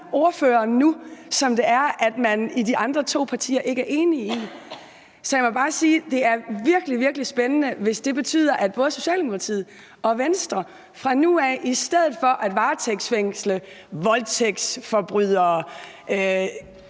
ordføreren nu, som man i de andre to partier ikke er enige i? Så jeg må bare sige, at det er virkelig, virkelig spændende, hvis det betyder, at både Socialdemokratiet og Venstre fra nu af mener, ati stedet for at varetægtsfængsle voldtægtsforbrydere